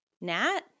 Nat